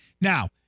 Now